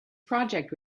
project